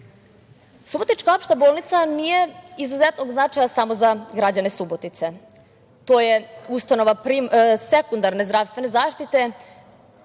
opšta bolnica nije od izuzetnog značaja samo za građane Subotice. To je ustanova sekundarne zdravstvene zaštite